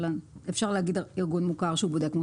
אפשר להגיד ארגון מוכר שבודק.